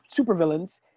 supervillains